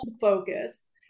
focus